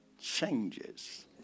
changes